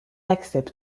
accepte